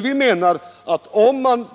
Vi menar att om man